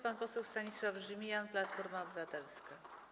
Pan poseł Stanisław Żmijan, Platforma Obywatelska.